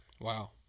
wow